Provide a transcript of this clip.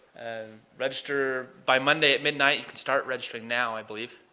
and register. by monday at midnight, you can start registering now i believe.